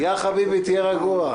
יא חביבי, תהיה רגוע.